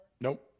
Nope